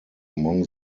among